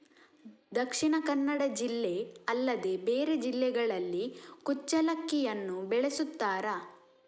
ದಕ್ಷಿಣ ಕನ್ನಡ ಜಿಲ್ಲೆ ಅಲ್ಲದೆ ಬೇರೆ ಜಿಲ್ಲೆಗಳಲ್ಲಿ ಕುಚ್ಚಲಕ್ಕಿಯನ್ನು ಬೆಳೆಸುತ್ತಾರಾ?